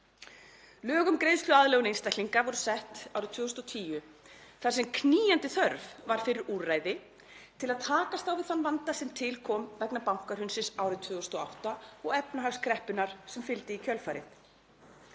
„Lög um greiðsluaðlögun einstaklinga voru sett árið 2010, þar sem knýjandi þörf var fyrir úrræði til að takast á við þann vanda sem til kom vegna bankahrunsins árið 2008 og efnahagskreppunnar sem fylgdi í kjölfarið.